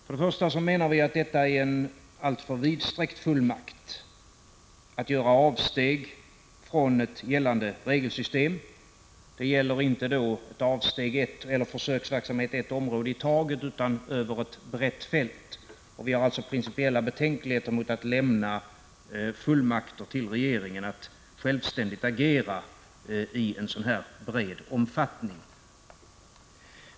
Först och främst menar vi att fullmakten är alltför vidsträckt. Det gäller avsteg från ett gällande regelsystem, och det gäller inte försöksverksamhet för ett område i taget utan över ett brett fält. Vi har principiella betänkligheter mot att lämna fullmakt till regeringen att självständigt agera i så bred omfattning.